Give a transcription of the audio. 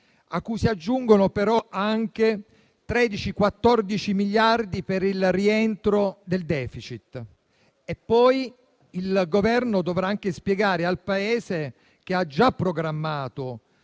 a cui si aggiungono però anche 13-14 miliardi per il rientro del *deficit*. Poi il Governo dovrà anche spiegare al Paese che ha già programmato